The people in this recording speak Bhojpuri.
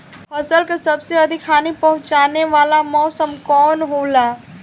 फसल के सबसे अधिक हानि पहुंचाने वाला मौसम कौन हो ला?